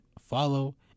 follow